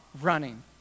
running